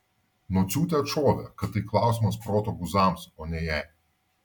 nociūtė atšovė kad tai klausimas proto guzams o ne jai